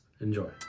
Enjoy